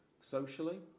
Socially